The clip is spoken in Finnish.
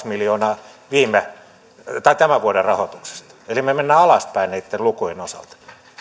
miljoonaa tämän vuoden rahoituksesta eli me menemme alaspäin niitten lukujen osalta